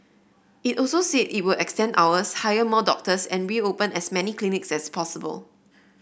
it also said it will extend hours hire more doctors and reopen as many clinics as possible